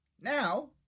Now